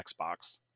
Xbox